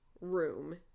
Room